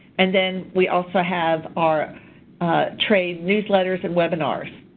and then we also have our trades newsletters and webinars.